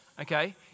Okay